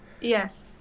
Yes